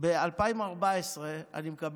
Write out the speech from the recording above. בן-גוריון אמר: